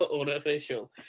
Unofficial